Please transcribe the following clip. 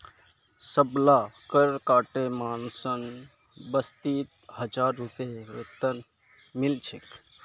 सबला कर काटे मानसक बत्तीस हजार रूपए वेतन मिल छेक